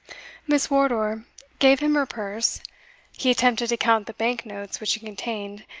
miss wardour gave him her purse he attempted to count the bank notes which it contained,